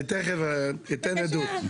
אני תכף אתן עדות.